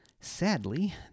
Sadly